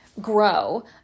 grow